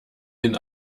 den